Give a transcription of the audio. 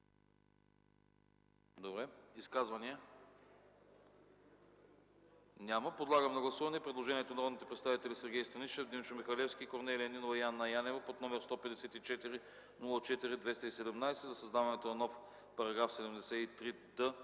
Изказвания? Няма. Подлагам на гласуване предложението на народните представители Сергей Станишев, Димчо Михалевски, Корнелия Нинова и Анна Янева, № 154-04-217, за създаване на нов § 73д,